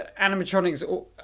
animatronics